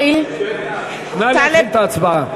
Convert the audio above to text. להתחיל את ההצבעה.